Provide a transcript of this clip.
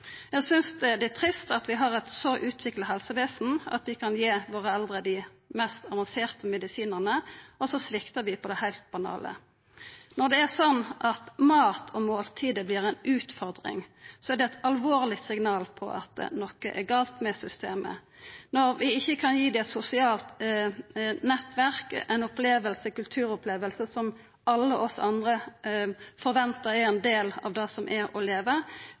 Eg synest det er trist at vi har eit så utvikla helsevesen at vi kan gi våre eldre dei mest avanserte medisinane, og så sviktar vi på det heilt banale. Når det er slik at mat og måltid vert ei utfordring, er det eit alvorleg signal om at noko er gale med systemet. Når vi ikkje kan gi dei eit sosialt nettverk, ei kulturoppleving – som alle vi andre forventar er ein del av det å leva – er